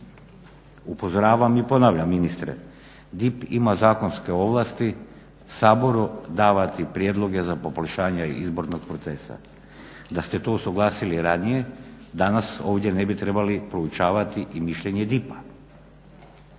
Upozoravam i ponavljam ministre, DIP ima zakonske ovlasti Saboru davati prijedloge za poboljšanje izbornog procesa. Da ste to usuglasili ranije, danas ovdje ne bi trebali proučavati i mišljenje DIP-a.